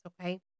okay